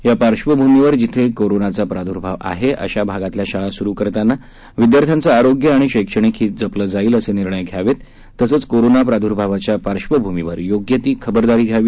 यापार्श्वभूमीवर जिथे कोरोनाचा प्रादुर्भाव आहे अशा भागातल्या शाळा सुरु करताना विद्यार्थ्यांचे आरोग्य आणि शैक्षणिक हित जपलं जाईल असे निर्णय घ्यावेत तसंच कोरोना प्रार्द्भावाच्या पार्श्वभूमीवर योग्य ती खबरदारी घ्यावी